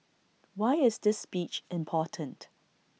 why is this speech important